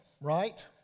right